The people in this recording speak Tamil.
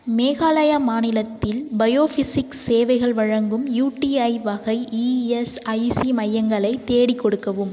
மேகாலயா மாநிலத்தில் பயோஃபிஸிக்ஸ் சேவைகள் வழங்கும் யூடிஐ வகை இஎஸ்ஐசி மையங்களை தேடிக் கொடுக்கவும்